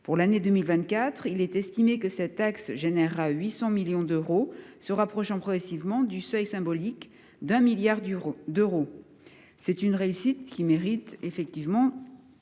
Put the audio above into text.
Pour l’année 2024, il est estimé que cette taxe générera 800 millions d’euros, se rapprochant progressivement du seuil symbolique d’un milliard d’euros. C’est une réussite qui mérite d’être